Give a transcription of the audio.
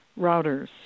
routers